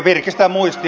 virkistän muistia